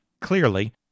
clearly